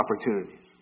opportunities